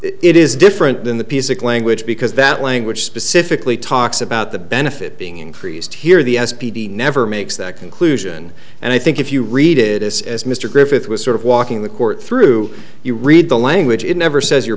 it is different than the piece of language because that language specifically talks about the benefit being increased here the s p d never makes that conclusion and i think if you read it it's as mr griffith was sort of walking the court through you read the language it never says your